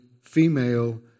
female